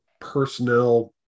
personnel